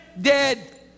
dead